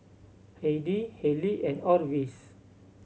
Heidy Halie and Orvis